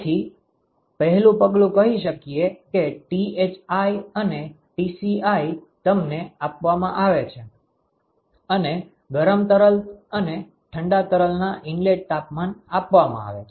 તેથી પહેલું પગલું કહી શકીએ કે Thi અને Tci તમને આપવામાં આવે છે અને ગરમ તરલ અને ઠંડા તરલના ઇનલેટ તાપમાન આપવામાં આવે છે